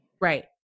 right